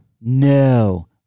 No